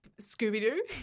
Scooby-Doo